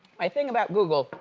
i think about google.